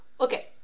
Okay